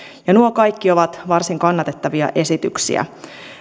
ja nuo kaikki ovat varsin kannatettavia esityksiä